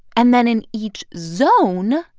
and then in each zone,